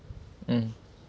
mm